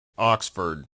oxford